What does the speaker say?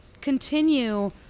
continue